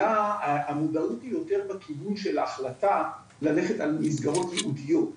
המודעות היא יותר במובן של ההחלטה ללכת על מסגרות ייעודיות.